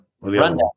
Rundown